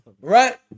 right